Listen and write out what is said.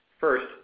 First